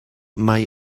mai